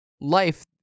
life